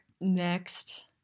next